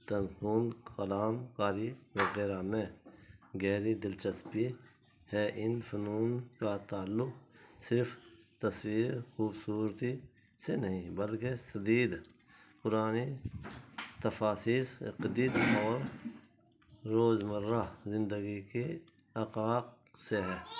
کلام کاری وغیرہ میں گہری دلچسپی ہے ان فنون کا تعلق صرف تصویر خوبصورتی سے نہیں بلکہ شدید پرانی اور روز مرہ زندگی کی حقائق سے ہے